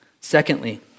Secondly